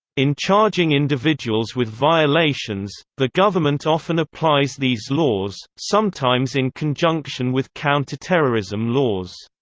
in charging individuals with violations, the government often applies these laws, sometimes in conjunction with counterterrorism laws.